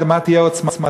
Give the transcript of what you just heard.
מה תהיה עוצמתה,